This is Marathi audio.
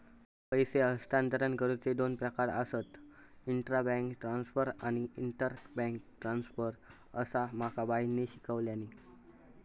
पैसे हस्तांतरण करुचे दोन प्रकार आसत, इंट्रा बैंक ट्रांसफर आणि इंटर बैंक ट्रांसफर, असा माका बाईंनी शिकवल्यानी